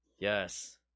Yes